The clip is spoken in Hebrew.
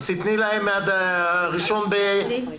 תני להם עד ה-1 ביוני